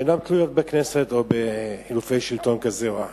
שאינן תלויות בכנסת או בחילופי שלטון כזה או אחר,